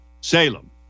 Salem